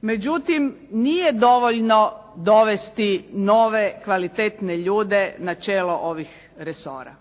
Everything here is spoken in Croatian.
Međutim, nije dovoljno dovesti nove, kvalitetne ljude na čelo ovih resora.